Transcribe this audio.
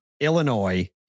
Illinois